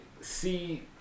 see